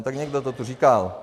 Tak někdo to tu říkal.